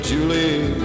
Julie